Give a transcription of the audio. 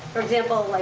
for example, like